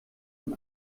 von